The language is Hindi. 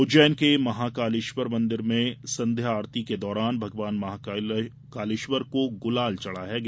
उज्जैन के महाकालेश्वर मंदिर में संध्या आरती के दौरान भगवान महाकालेश्वर को गुलाल चढ़ाया गया